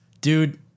Dude